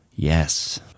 Yes